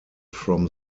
from